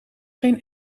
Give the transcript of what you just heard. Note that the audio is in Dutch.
geen